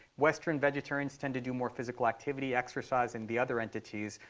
western vegetarians tend to do more physical activity, exercise, and the other entities.